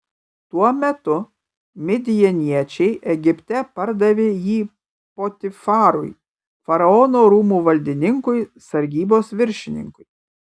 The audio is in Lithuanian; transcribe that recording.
tuo metu midjaniečiai egipte pardavė jį potifarui faraono rūmų valdininkui sargybos viršininkui